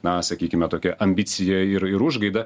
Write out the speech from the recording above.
na sakykime tokia ambicija ir ir užgaida